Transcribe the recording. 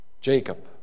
Jacob